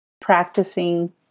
practicing